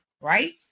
Right